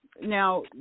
now